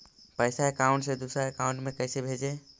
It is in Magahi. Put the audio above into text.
पैसा अकाउंट से दूसरा अकाउंट में कैसे भेजे?